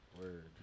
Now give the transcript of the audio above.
Word